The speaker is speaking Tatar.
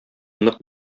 нык